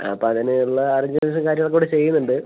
ആ ആപ്പം അതിനുള്ള അറേഞ്ച്മെന്റ്സും കാര്യങ്ങളും ഒക്കെ കൂടെ ചെയ്യുന്നുണ്ട്